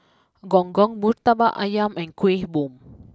Gong Gong Murtabak Ayam and Kueh Bom